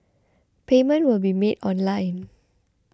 payment will be made online